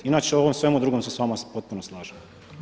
Inače o ovom svemu drugom se s vama potpuno slažem.